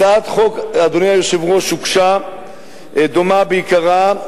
הצעת חוק דומה בעיקרה,